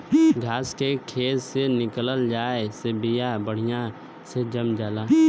घास के खेत से निकल जाये से बिया बढ़िया से जाम जाला